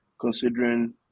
Considering